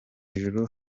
ijuru